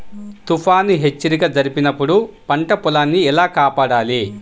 తుఫాను హెచ్చరిక జరిపినప్పుడు పంట పొలాన్ని ఎలా కాపాడాలి?